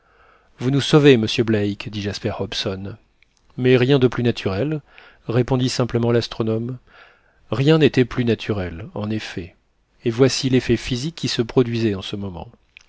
vous nous sauvez monsieur black dit jasper hobson mais rien de plus naturel répondit simplement l'astronome rien n'était plus naturel en effet et voici l'effet physique qui se produisait en ce moment